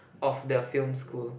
of the film school